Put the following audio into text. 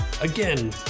Again